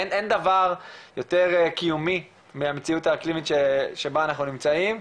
אין דבר יותר קיומי מהמציאות האקלימית שבה אנחנו נמצאים,